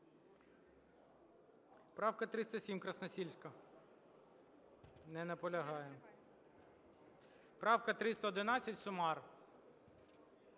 Правка 307, Красносільська. Не наполягає. Правка 311, Сюмар.